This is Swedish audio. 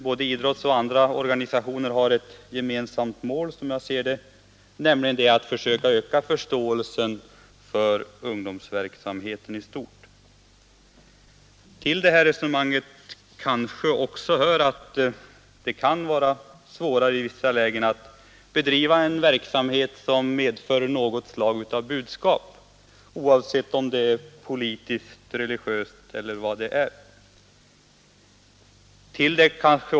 Både idrottsoch andra organisationer har, som jag ser det, ett gemensamt mål, nämligen att försöka öka förståelsen för ungdomsverksamheten i stort. Till det här resonemanget hör också att det i vissa lägen kan vara svårare att bedriva en verksamhet som medför något slag av budskap, oavsett om det är politiskt, religiöst eller vad det än må vara.